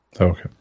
Okay